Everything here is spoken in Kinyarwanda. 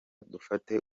dufate